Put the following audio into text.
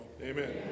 Amen